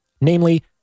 Namely